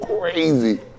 crazy